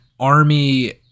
army